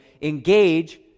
engage